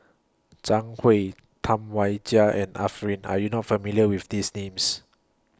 Zhang Hui Tam Wai Jia and Arifin Are YOU not familiar with These Names